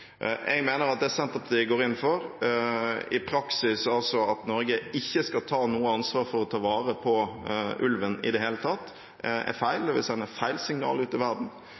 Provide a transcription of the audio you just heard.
Jeg mener at det Senterpartiet går inn for, altså at Norge i praksis ikke skal ta noe ansvar for å ta vare på ulven i det hele tatt, er feil, det vil sende feil signal ut i verden.